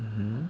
mmhmm